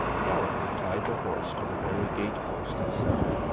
gallegher tied the horse to the very gate-post itself,